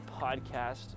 podcast